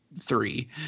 three